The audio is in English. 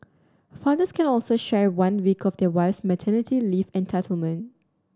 fathers can also share one week of their wife's maternity leave entitlement